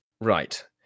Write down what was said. Right